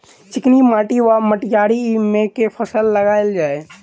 चिकनी माटि वा मटीयारी मे केँ फसल लगाएल जाए?